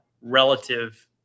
relative